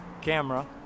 camera